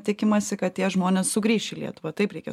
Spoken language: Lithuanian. tikimasi kad tie žmonės sugrįš į lietuvą taip reikia